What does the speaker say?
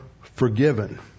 forgiven